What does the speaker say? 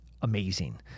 amazing